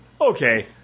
Okay